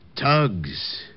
Tugs